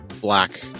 black